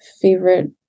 favorite